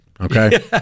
Okay